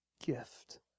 gift